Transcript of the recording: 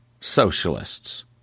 socialists